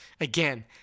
Again